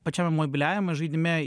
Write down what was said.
pačiame mobiliajame žaidime